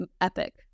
epic